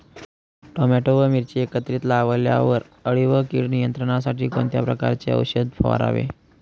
Tomato व मिरची एकत्रित लावल्यावर अळी व कीड नियंत्रणासाठी कोणत्या प्रकारचे औषध फवारावे?